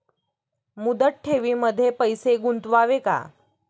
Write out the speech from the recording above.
मुदत ठेवींमध्ये पैसे गुंतवावे का?